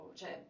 cioè